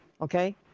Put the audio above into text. okay